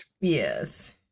Yes